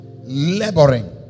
laboring